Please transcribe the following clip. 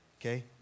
Okay